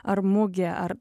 ar mugė ar